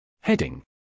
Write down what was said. Heading